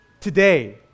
Today